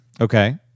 Okay